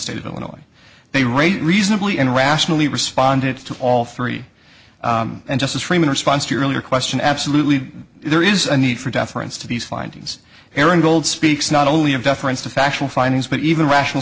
state of illinois they rate reasonably and rationally responded to all three and just as freeman response to your earlier question absolutely there is a need for deference to these findings aaron gold speaks not only of deference to factual findings but even rational